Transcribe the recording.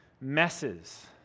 messes